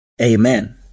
Amen